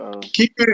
Keep